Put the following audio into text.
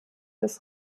des